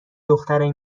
دخترای